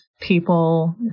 people